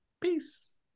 Peace